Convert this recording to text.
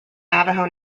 navajo